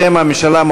בשם הממשלה,